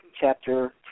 chapter